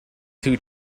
two